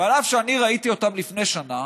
ואף שאני ראיתי אותם לפני שנה,